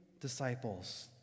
disciples